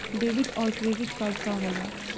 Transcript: Debit और credit card का होला?